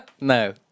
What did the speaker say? No